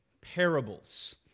parables